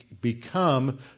become